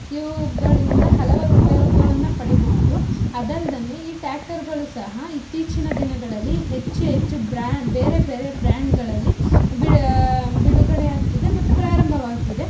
ಇವುಗಳಿಂದ ಹಲವಾರು ಉಪಯೋಗಗಳನ್ನು ಪಡಿಬಹುದು ಅದಲ್ದೆ ಈ ಟ್ಯಾಕ್ಟರ್ಗಳು ಸಹ ಇತ್ತೀಚಿನ ದಿನಗಳಲ್ಲಿ ಹೆಚ್ಚು ಹೆಚ್ಚು ಬ್ರ್ಯಾ ಬೇರೆ ಬೇರೆ ಬ್ರ್ಯಾಂಡ್ಗಳಲ್ಲಿ ಬಿಡಾ ಬಿಡುಗಡೆಯಾಗ್ತಿದೆ ಮತ್ತು ಪ್ರಾರಂಭವಾಗ್ತಿದೆ